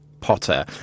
Potter